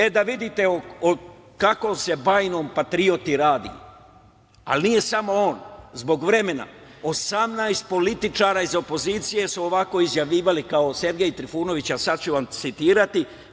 E, da vidite o kakvom se bajnom patrioti radi, ali nije samo on zbog vremena, 18 političara iz opozicije su ovako izjavljivali kao Sergej Trifunović, a sada ću vam citirati.